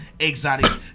Exotics